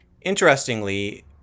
Interestingly